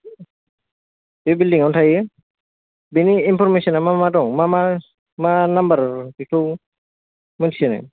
बे बिल्दिंआवनो थायो बिनि इनफरमेसन आ मा मा दं मा नाम्बार बेखौ मोनथियो नों